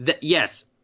Yes